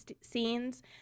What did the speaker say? scenes